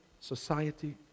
society